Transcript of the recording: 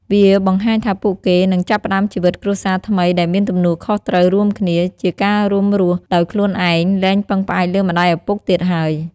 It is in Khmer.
វាបង្ហាញថាពួកគេនឹង ចាប់ផ្តើមជីវិតគ្រួសារថ្មីដែលមានទំនួលខុសត្រូវរួមគ្នា ជាការរួមរស់ដោយខ្លួនឯង លែងពឹងផ្អែកលើម្ដាយឪពុកទៀតហើយ។